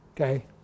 Okay